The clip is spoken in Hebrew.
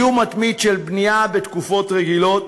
איום מתמיד של בנייה בתקופות רגילות,